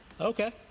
Okay